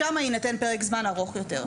שם יינתן פרק זמן ארוך יותר.